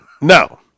No